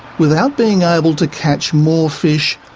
without being able to catch more fish,